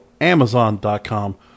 Amazon.com